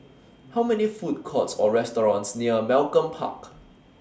Are There Food Courts Or restaurants near Malcolm Park